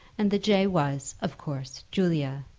and the j. was of course julia.